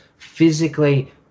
physically